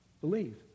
Believe